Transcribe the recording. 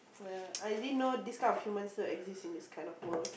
ya I didn't know this kind of human so exist in this kind of world